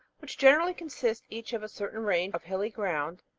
which generally consist each of a certain range of hilly ground,